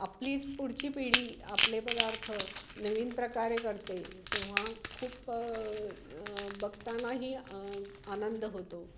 आपलीच पुढची पिढी आपले पदार्थ नवीन प्रकारे करते तेव्हा खूप बघतानाही आनंद होतो